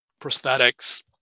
Prosthetics